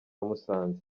musanze